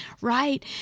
right